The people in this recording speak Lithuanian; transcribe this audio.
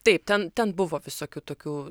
taip ten ten buvo visokių tokių